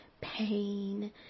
pain